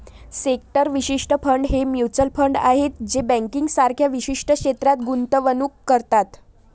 sector विशिष्ट fund हे mutual fund आहेत जे बँकिंग सारख्या विशिष्ट क्षेत्रात गुंतवणूक करतात